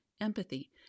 empathy